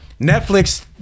Netflix